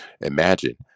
Imagine